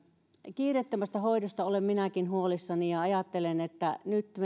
kiireettömästä hoidosta olen minäkin huolissani ja ajattelen että nyt